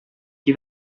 qui